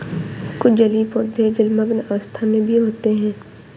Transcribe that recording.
कुछ जलीय पौधे जलमग्न अवस्था में भी होते हैं